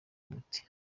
umuti